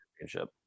championship